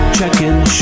Checkin